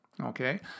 okay